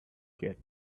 get